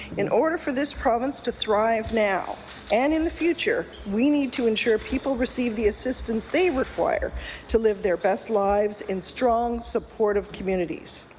in order for this province to thrive now and in the future, we need to ensure people receive the assistance they require to live their best lives in strong, supportive communities.